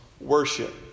worship